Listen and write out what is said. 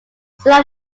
soon